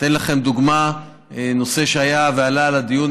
אני אתן לכם דוגמה לנושא שעלה לדיון,